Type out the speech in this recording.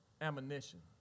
ammunition